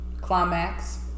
climax